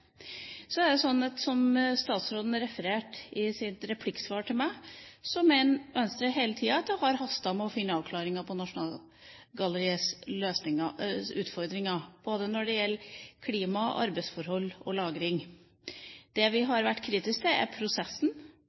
Så er det sånn, som statsråden refererte i sitt replikksvar til meg, at Venstre hele tida har ment at det har hastet med å finne avklaring på Nasjonalgalleriets utfordringer både når det gjelder klima, arbeidsforhold og lagring. Det vi har vært kritisk til, er prosessen.